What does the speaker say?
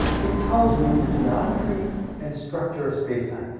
it tells you the geometry and structure of spacetime.